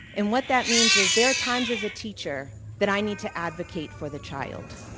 and what that means is there are times as a teacher that i need to advocate for the child.